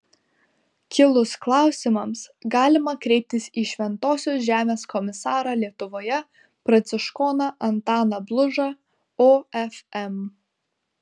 kilus klausimams galima kreiptis į šventosios žemės komisarą lietuvoje pranciškoną antaną blužą ofm